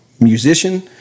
musician